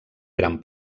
gran